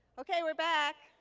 okay, we're back.